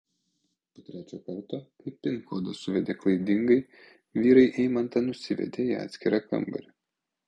po trečio karto kai pin kodą suvedė klaidingai vyrai eimantą nusivedė į atskirą kambarį